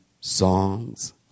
songs